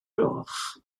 gloch